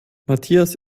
matthias